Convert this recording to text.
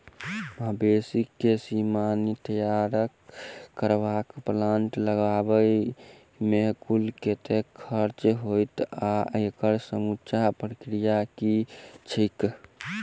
मवेसी केँ सीमन तैयार करबाक प्लांट लगाबै मे कुल कतेक खर्चा हएत आ एकड़ समूचा प्रक्रिया की छैक?